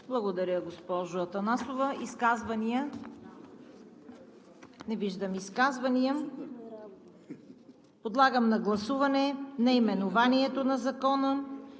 Благодаря, госпожо Атанасова. Изказвания? Не виждам. Подлагам на гласуване наименованието на Закона;